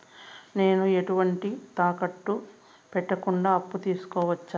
నేను ఎటువంటి తాకట్టు పెట్టకుండా అప్పు తీసుకోవచ్చా?